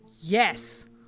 Yes